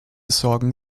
sorgen